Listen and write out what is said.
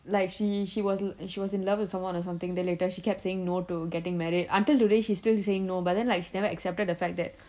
like she she she was in love with someone or something then later she kept saying no to getting married until today she still saying no but then like she never accepted the fact that